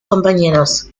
compañeros